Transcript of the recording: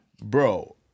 Bro